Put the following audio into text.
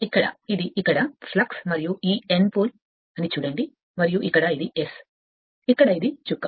ఇక్కడ ఇది ఇక్కడ ఫ్లక్స్ మరియు ఈ N పోల్ అని చూడండి మరియు ఇక్కడ ఇది S ఇక్కడ అది చుక్క